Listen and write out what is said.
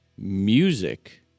music